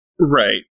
Right